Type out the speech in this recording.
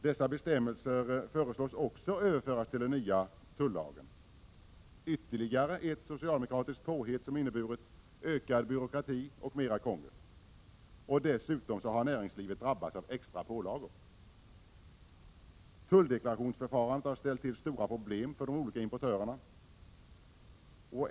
Dessa bestämmelser föreslås också överföras till den nya tullagen. Det är ytterligare ett socialdemokratiskt påhitt som inneburit ökad byråkrati och mer krångel. Dessutom har näringslivet drabbats av extra pålagor. Tulldeklarationsförfarandet har ställt till stora problem för de olika importörerna.